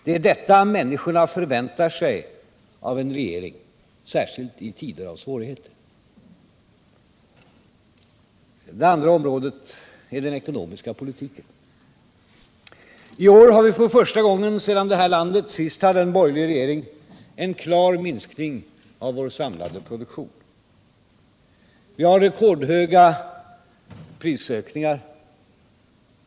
Det är detta människorna förväntar sig av en regering, särskilt i tider av svårigheter. Det andra området jag vill nämna är den ekonomiska politiken. I år har vi för första gången sedan det här landet sist hade en borgerlig regering en klar minskning av vår samlade produktion. Vi har rekordhöga prisökningar.